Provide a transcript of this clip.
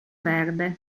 verde